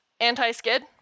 Anti-skid